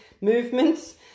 movements